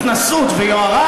התנשאות ויוהרה,